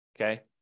Okay